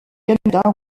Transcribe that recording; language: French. canada